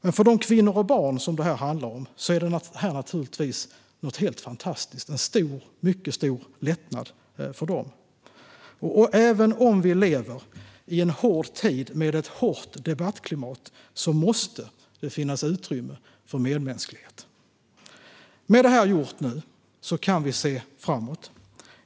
Men för de kvinnor och barn som det handlar om är detta naturligtvis en mycket stor lättnad. Även om vi lever i en hård tid med ett hårt debattklimat måste det finnas utrymme för medmänsklighet. Med det här gjort nu kan vi se framåt.